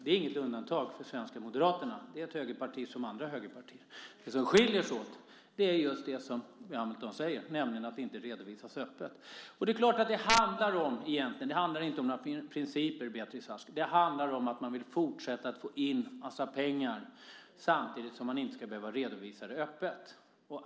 Det är inget undantag med de svenska Moderaterna. Det är ett högerparti som andra högerpartier. Det som skiljer dem åt är just det som Carl B Hamilton säger, nämligen att det inte redovisas öppet. Det handlar inte om några principer, Beatrice Ask, utan det handlar om att man vill fortsätta att få in en massa pengar samtidigt som man inte redovisar det öppet.